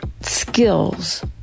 Skills